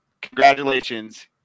congratulations